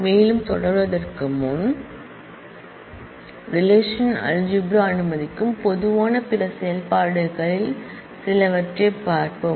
மேலும் தொடர்வதற்கு முன் ரெலேஷனல்அல்ஜிப்ரா அனுமதிக்கும் பொதுவான பிற செயல்பாடுகளில் சிலவற்றைப் பார்ப்போம்